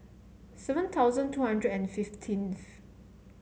seven thousand two hundred and fifteenth